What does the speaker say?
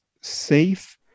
safe